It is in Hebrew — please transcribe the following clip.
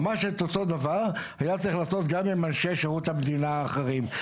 ממש את אותו הדבר היה צריך לעשות גם עם אנשי שירות המדינה האחרים.